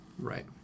Right